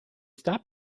stop